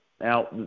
Now